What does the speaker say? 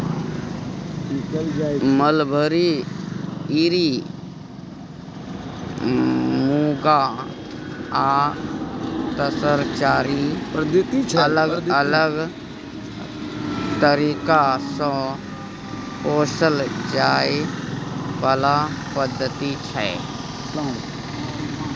mulberry, eri, muga आ तसर चारि अलग अलग तरीका सँ पोसल जाइ बला पद्धति छै